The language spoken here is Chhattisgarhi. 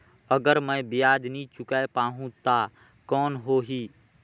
अगर मै ब्याज नी चुकाय पाहुं ता कौन हो ही?